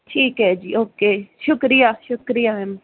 ਠੀਕ ਐ ਜੀ ਓਕੇ ਸ਼ੁਕਰੀਆ ਸ਼ੁਕਰੀਆ ਮੈਮ